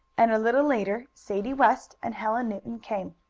and, a little later, sadie west and helen newton came.